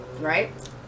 right